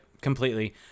Completely